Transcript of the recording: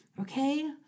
Okay